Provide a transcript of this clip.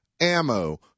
ammo